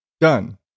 Done